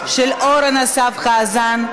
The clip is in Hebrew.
של חבר הכנסת אורן אסף חזן,